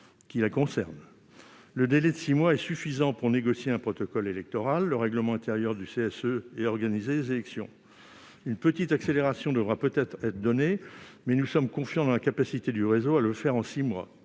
qui les concerne. Le délai de six mois est suffisant pour négocier un protocole électoral, arrêter le règlement intérieur du CSE et organiser des élections. Une petite accélération devra peut-être être donnée, mais nous sommes confiants dans la capacité du réseau à organiser des